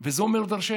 וזה אומר דרשני.